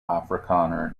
afrikaner